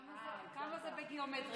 כמה זה בגימטרייה?